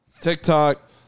TikTok